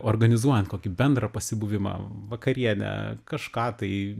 organizuojant kokį bendrą pasibuvimą vakarienę kažką tai